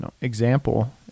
example